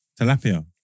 Tilapia